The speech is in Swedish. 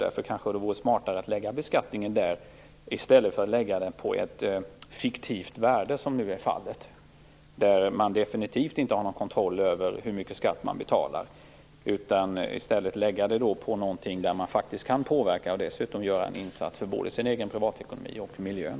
Därför vore det smartare att lägga beskattningen där i stället för att lägga den på ett fiktivt värde, som nu är fallet, då man definitivt inte har någon kontroll över hur mycket skatt man betalar. Det vore bättre att lägga den på någonting där man faktiskt kan påverka den och dessutom göra en insats både i sin privatekonomi och för miljön.